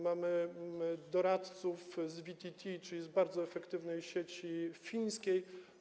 Mamy doradców z VTT, czyli z bardzo efektywnej sieci fińskiej.